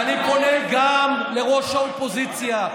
לפחות, ואני פונה גם לראש האופוזיציה.